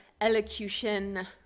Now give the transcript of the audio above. elocution